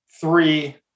three